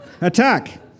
attack